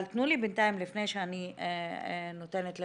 אבל תנו לי בינתיים, לפני שאני נותנת לאורית,